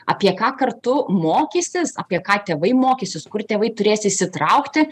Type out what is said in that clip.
apie ką kartu mokysis apie ką tėvai mokysis kur tėvai turės įsitraukti